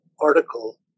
article